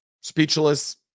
Speechless